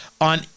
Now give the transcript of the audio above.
on